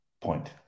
point